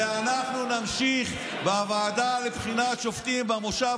אנחנו נמשיך בוועדה לבחירת שופטים במושב